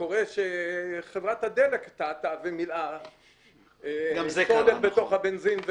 קורה שחברת הדלק טעתה ומילאה סולר בתוך הבנזין,